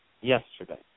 yesterday